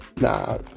Nah